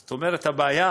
זאת אומרת, הבעיה